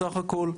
בסך הכול,